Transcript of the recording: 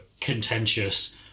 contentious